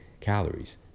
calories